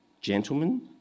gentlemen